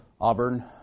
Auburn